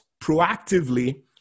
proactively